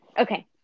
Okay